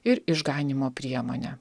ir išganymo priemone